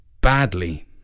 Badly